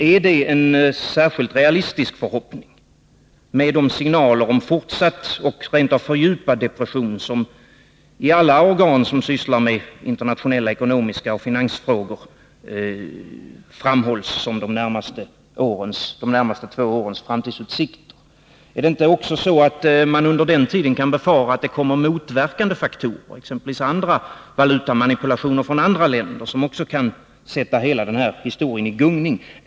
Är det en särskilt realistisk förhoppning, med de signaler om fortsatt och rent av fördjupad depression som i alla organ som sysslar med internationella ekonomiska frågor och finansfrågor framhålls som de närmaste två årens framtidsutsikt? Är det inte också så att man under den tiden kan befara att det kommer motverkande faktorer, exempelvis andra valutamanipulationer från andra länder som också kan sätta hela den här historien i gungning?